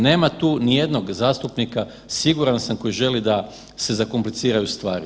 Nema tu ni jednog zastupnika, siguran sam, koji želi da se zakompliciraju stvari.